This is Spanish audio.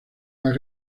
más